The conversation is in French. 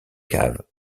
cave